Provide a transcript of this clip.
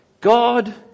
God